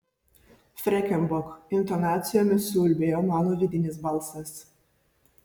freken bok intonacijomis suulbėjo mano vidinis balsas